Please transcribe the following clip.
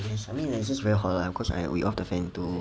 I mean like it's just very hot lah cause like we off the fan to